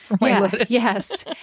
yes